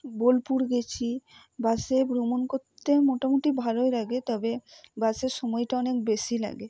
বোলপুর গেছি বাসে ভ্রমণ করতে মোটামুটি ভালোই লাগে তবে বাসে সময়টা অনেক বেশি লাগে